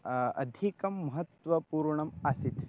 अधिकं महत्वपूर्णम् आसीत्